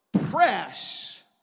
Press